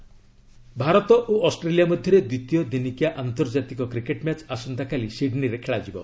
cricket Bharat ଓ Australia ମଧ୍ୟରେ ଦ୍ୱିତୀୟ ଦିନିକିଆ ଆନ୍ତର୍ଜାତିକ କ୍ରିକେଟ୍ ମ୍ୟାଚ୍ ଆସନ୍ତାକାଲି ସିଡ୍ନୀରେ ଖେଳାଯିବ